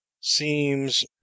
seems